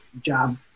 job